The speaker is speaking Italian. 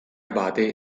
abate